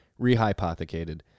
rehypothecated